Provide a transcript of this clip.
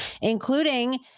including